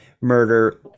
murder